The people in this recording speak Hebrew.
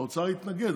האוצר התנגד.